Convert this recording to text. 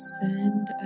send